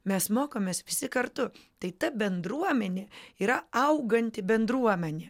mes mokomės visi kartu tai ta bendruomenė yra auganti bendruomenė